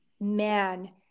man